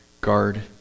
guard